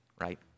right